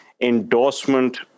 endorsement